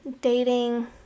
dating